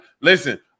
listen